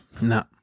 No